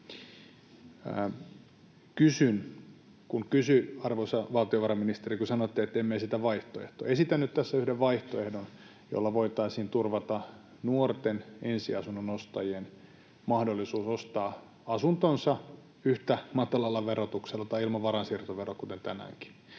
Arvoisa valtiovarainministeri, kun sanoitte, että emme esitä vaihtoehtoa, niin esitän nyt tässä yhden vaihtoehdon, jolla voitaisiin turvata nuorten ensiasunnonostajien mahdollisuus ostaa asuntonsa yhtä matalalla verotuksella tai ilman varainsiirtoveroa kuten tänäänkin.